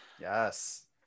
Yes